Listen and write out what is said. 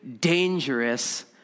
dangerous